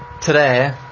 today